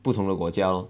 不同的国家 lor